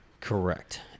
Correct